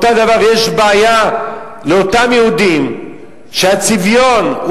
אותה בעיה יש לאותם יהודים שהצביון שלהם